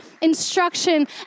instruction